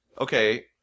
okay